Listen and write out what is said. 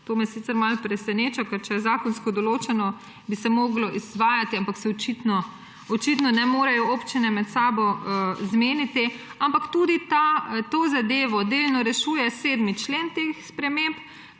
to me sicer malo preseneča, ker če je zakonsko določeno, bi se moglo izvajati, ampak se očitno ne morejo občine med sabo zmeniti, ampak tudi to zadevo delno rešuje 7. člen teh sprememb,